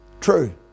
True